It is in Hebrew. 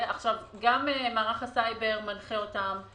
גם מערך הסייבר מנחה אותם.